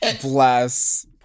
Bless